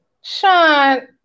Sean